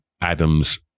Adam's